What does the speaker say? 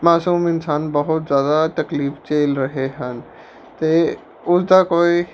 ਮਾਸੂਮ ਇਨਸਾਨ ਬਹੁਤ ਜ਼ਿਆਦਾ ਤਕਲੀਫ ਝੇਲ ਰਹੇ ਹਨ ਅਤੇ ਉਸਦਾ ਕੋਈ